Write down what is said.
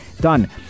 done